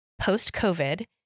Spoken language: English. post-COVID